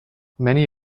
many